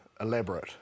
elaborate